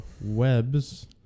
webs